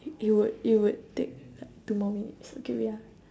it would it would take two more minutes okay wait ah